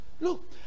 look